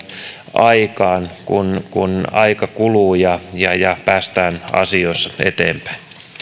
aikaan kun kun aika kuluu ja ja päästään asioissa eteenpäin